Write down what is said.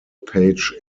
page